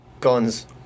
guns